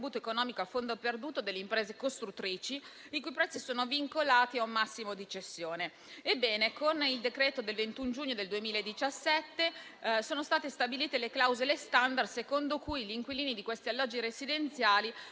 economico a fondo perduto alle imprese costruttrici i cui prezzi sono vincolati a un massimo di cessione. Ebbene, con il decreto del 21 giugno 2017 sono state stabilite le clausole *standard* secondo cui gli inquilini di questi alloggi residenziali